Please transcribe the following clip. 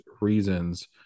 reasons